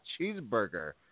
Cheeseburger